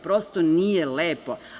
Prosto, nije lepo.